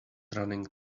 running